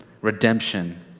Redemption